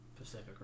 Pacific